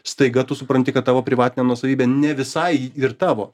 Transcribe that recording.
staiga tu supranti kad tavo privatinė nuosavybė ne visai ir tavo